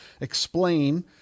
explain